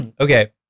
okay